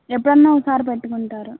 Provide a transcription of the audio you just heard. ఎప్పుడన్నా ఓసారి పెట్టుకుంటారు